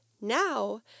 Now